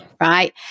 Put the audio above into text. right